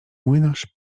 młynarz